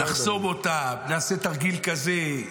נחסום אותם, נעשה תרגיל כזה,